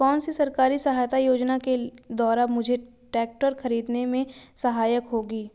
कौनसी सरकारी सहायता योजना के द्वारा मुझे ट्रैक्टर खरीदने में सहायक होगी?